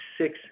six